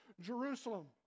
Jerusalem